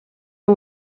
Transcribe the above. est